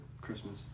Christmas